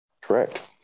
Correct